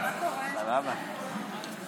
לתמוך בהצעת חוק שלך